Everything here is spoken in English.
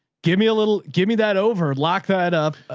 give me a little, give me that over. lock that up.